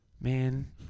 Man